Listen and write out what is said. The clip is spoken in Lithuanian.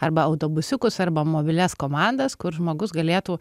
arba autobusiukus arba mobilias komandas kur žmogus galėtų